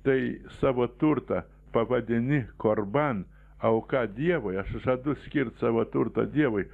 tai savo turtą pavadini korban auka dievui aš žadu skirt savo turtą dievui